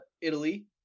italy